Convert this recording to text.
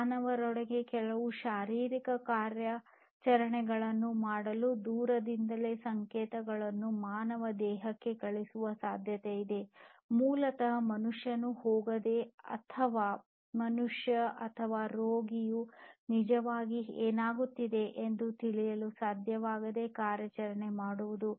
ಮಾನವನೊಳಗೆ ಕೆಲವು ಶಾರೀರಿಕ ಕಾರ್ಯಾಚರಣೆಗಳನ್ನು ಮಾಡಲು ದೂರದಿಂದಲೇ ಸಂಕೇತಗಳನ್ನು ಮಾನವ ದೇಹಕ್ಕೆ ಕಳುಹಿಸುವ ಸಾಧ್ಯತೆಯಿದೆ ಮೂಲತಃ ಮನುಷ್ಯನು ಹೋಗದೆ ಅಥವಾ ಮನುಷ್ಯ ಅಥವಾ ರೋಗಿಯು ನಿಜವಾಗಿ ಏನಾಗುತ್ತಿದೆ ಎಂದು ತಿಳಿಯಲು ಸಾಧ್ಯವಾಗದೆ ಕಾರ್ಯಾಚರಣೆ ಮಾಡುವುದು